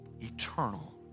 eternal